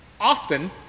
often